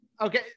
Okay